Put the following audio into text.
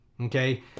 Okay